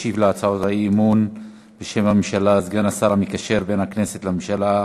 ישיב על הצעת האי-אמון בשם הממשלה סגן השר המקשר בין הכנסת לממשלה,